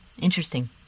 Interesting